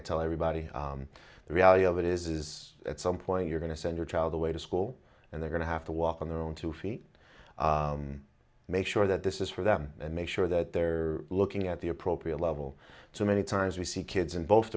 i tell everybody the reality of it is is at some point you're going to send your child away to school and they're going to have to walk on their own two feet make sure that this is for them and make sure that they're looking at the appropriate level so many times we see kids in both